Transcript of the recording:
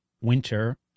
winter